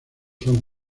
son